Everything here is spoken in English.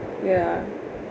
ya